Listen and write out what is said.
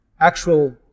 actual